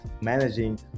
managing